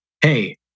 hey